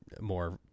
more